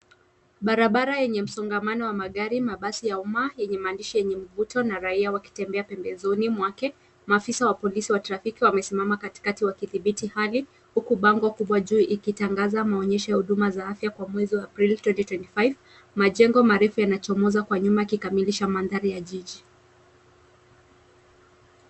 Barabara yenye msongamano wa magari, mabasi ya umma yenye maandishi tenye mvuto na raia wakitembea pembezoni mwake. Maafisa wa polisi wa trafiki wamesimama katikati wakidhibiti hali huku bango kubwa juu ikitangaza huduma za afya kwa mwezi wa Aprili twenty twenty five. Majengo marefu yanachomoza kwa nyuma wakikamilisha mandhari ya jiji.